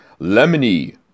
lemony